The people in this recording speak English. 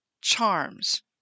charms